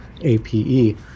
A-P-E